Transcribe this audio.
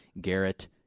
Garrett